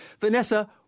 Vanessa